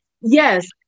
yes